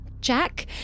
Jack